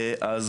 בבקשה.